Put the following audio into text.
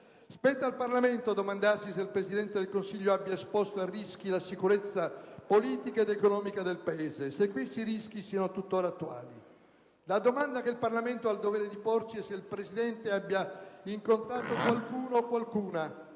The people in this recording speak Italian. Spetta al Parlamento domandarsi se il Presidente del Consiglio abbia esposto a rischi la sicurezza politica ed economica del Paese e se questi rischi siano tuttora attuali. La domanda che il Parlamento ha il dovere di porsi è se il Presidente del Consiglio abbia incontrato qualcuno o qualcuna